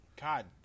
God